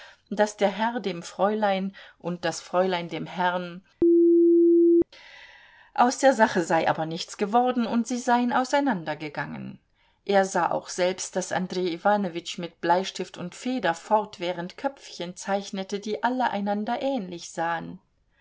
daß der herr dem fräulein und das fräulein dem herrn aus der sache sei aber nichts geworden und sie seien auseinandergegangen er sah auch selbst daß andrej iwanowitsch mit bleistift und feder fortwährend köpfchen zeichnete die alle einander ähnlich sahen